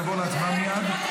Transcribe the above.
נעבור להצבעה מייד.